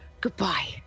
Goodbye